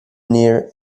near